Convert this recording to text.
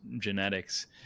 genetics